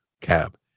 cab